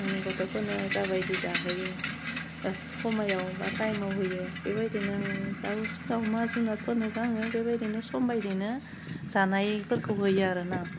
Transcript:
आंनि गथ'फोरनो जाबायदि जाहोयो ओह समायाव बा टाइमआव होयो बेबायदिनो आङो दावसिन दावमा जुनादफोरनोबो आङो बेबायदिनो सम बायदियैनो जानायफोरखौ होयो आरो ना